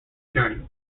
journey